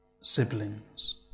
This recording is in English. siblings